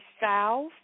South